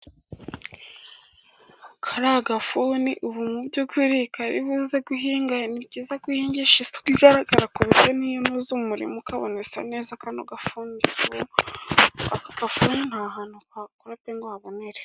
Kariya gafuni ubu by'ukuri kari buze guhinga, ni byiza ko uhingisha isuka igaragara ku buryo niyo uhinze umurima neza, kano gafuni aka gafuni nta hantu kakora, ngo habonere.